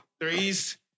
threes